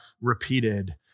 repeated